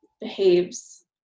behaves